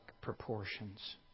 proportions